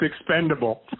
expendable